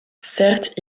certes